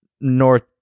North